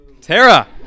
Tara